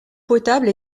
potable